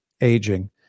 aging